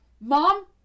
mom